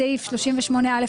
בסעיף 38(א1),